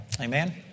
Amen